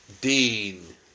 Dean